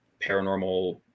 paranormal